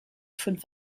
fünf